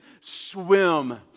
swim